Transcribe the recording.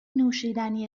نوشیدنی